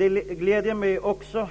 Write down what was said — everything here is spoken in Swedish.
Det gläder mig också